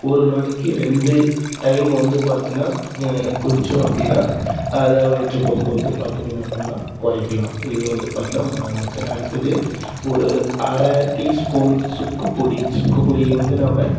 ஒரு நாளைக்கு ரெண்டு டையமு வந்து பார்த்தின்னா குடித்தோம் அப்படின்னா அதை வயிற்றுப்போக்கு வந்து பார்த்தீங்கனா என்ன பண்ணலாம் குறைக்கலாம் இதை வந்து பார்த்தின்னா மூணாவது மெத்தர்டு அடுத்தது ஒரு அரை டியூ ஸ்பூன் சுக்குப்பொடி சுக்குப்பொடியை வந்து நாம்